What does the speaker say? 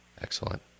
Excellent